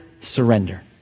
surrender